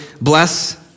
bless